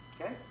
Okay